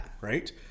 Right